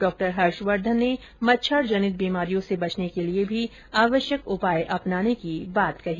डॉ हर्षवर्धन ने मच्छर जनित बीमारियों से बचने के लिए भी आवश्यक उपाय अपनाने की बात कही